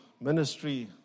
ministry